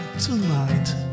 tonight